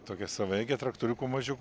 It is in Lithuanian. tokia savaeige traktoriuku mažiuku